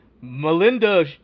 Melinda